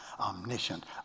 omniscient